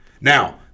Now